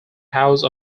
house